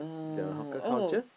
the hawker culture